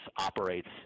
operates